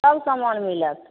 सभ समान मिलत